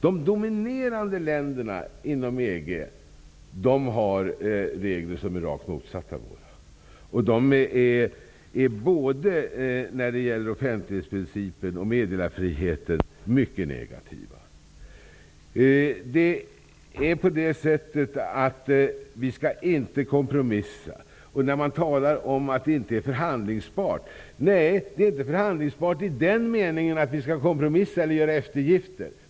De dominerande länderna inom EG har regler som är rakt motsatta våra. De är mycket negativa både när det gäller offentlighetsprincipen och meddelarfriheten. Vi skall inte kompromissa. Man talar om att detta inte är förhandlingsbart. Nej, det är inte förhandlingsbart i den meningen att vi skall kompromissa eller göra eftergifter.